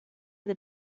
that